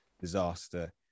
disaster